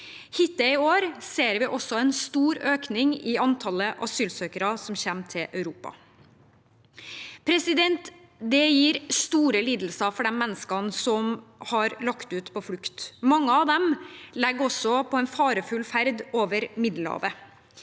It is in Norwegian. Hittil i år ser vi også en stor økning i antallet asylsøkere som kommer til Europa. Dette gir store lidelser for de menneskene som har lagt ut på flukt. Mange av dem legger også ut på en farefull ferd over Middelhavet.